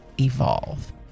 evolve